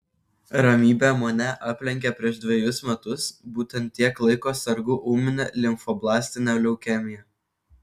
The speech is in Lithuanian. ramybė mane aplenkė prieš dvejus metus būtent tiek laiko sergu ūmine limfoblastine leukemija